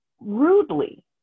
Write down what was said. rudely